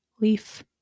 leaf